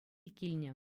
килнӗ